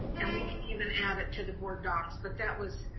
and we can even add it to the boarddocs, but that was,